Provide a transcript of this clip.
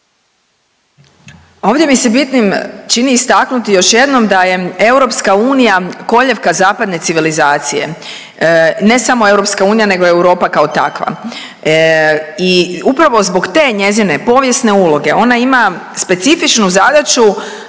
Ovdje mi se bitnim čini istaknuti još jednom da je EU koljevka zapadne civilizacije, ne samo EU nego Europa kao takva i upravo zbog te njezine povijesne uloge, ona ima specifičnu zadaću